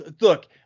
look